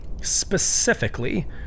specifically